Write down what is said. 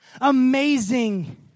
amazing